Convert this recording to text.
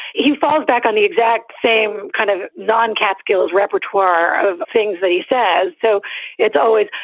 he falls back on the exact same kind of non-cat skills repertoire of things that he says. so it's always.